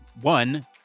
one